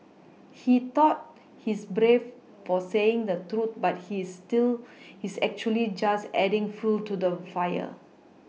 he thought he's brave for saying the truth but he's he's actually just adding fuel to the fire